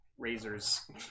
razors